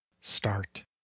start